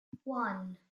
one